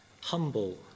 humble